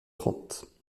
trente